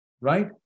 right